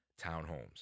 townhomes